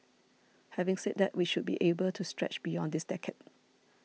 having said that we should be able to stretch beyond this decade